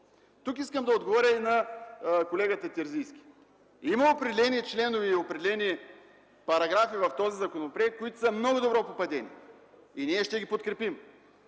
Тук искам да отговоря и на колегата Терзийски. Има определени членове и определени параграфи в този законопроект, които са много добро попадение, и ние ще ги подкрепим.